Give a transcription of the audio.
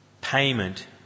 payment